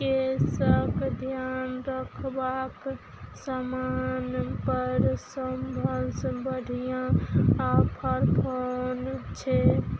केशक ध्यान रखबाक सामानपर सभसँ बढ़िआँ ऑफर कोन छै